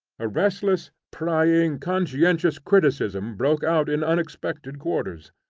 a restless, prying, conscientious criticism broke out in unexpected quarters.